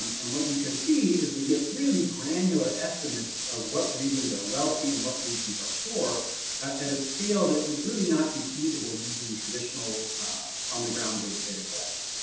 and what you can see is we get really granular estimates of what regions are wealthy and what regions are poor at a scale that would really not be feasible using traditional on the ground based data collection.